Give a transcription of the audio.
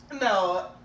no